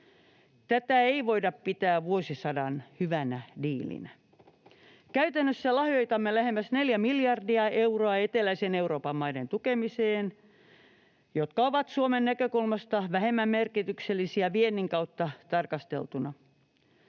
Tätä ei voida pitää vuosisadan hyvänä diilinä. Käytännössä lahjoitamme lähemmäs 4 miljardia euroa eteläisen Euroopan maiden tukemiseen, jotka ovat Suomen näkökulmasta vähemmän merkityksellisiä viennin kautta tarkasteltuna.